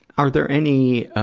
are there any, ah,